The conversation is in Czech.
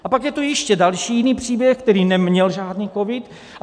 A pak je tu ještě další, jiný příběh, který neměl žádný covid.